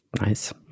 Nice